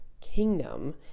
kingdom